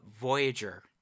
Voyager